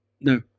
No